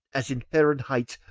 as in fahrenheit's,